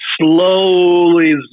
slowly